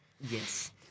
Yes